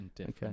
Okay